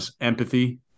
empathy